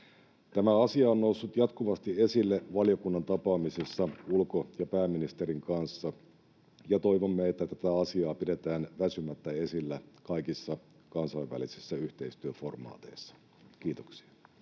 Tämä asia on noussut jatkuvasti esille valiokunnan tapaamisissa ulko- ja pääministerin kanssa, ja toivomme, että tätä asiaa pidetään väsymättä esillä kaikissa kansainvälisissä yhteistyöformaateissa. — Kiitoksia.